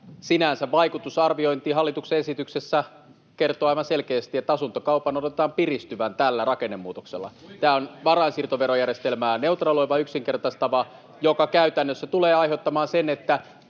sinänsä vaikutusarviointi hallituksen esityksessä kertoo aivan selkeästi, että asuntokaupan odotetaan piristyvän tällä rakennemuutoksella. [Vasemmalta: Kuinka paljon?] Tämä on varainsiirtoverojärjestelmää neutraloiva, yksinkertaistava, joka käytännössä tulee aiheuttamaan sen, että